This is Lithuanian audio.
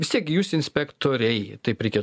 vistiek gi jūs inspektoriai taip reikia